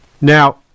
Now